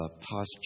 posture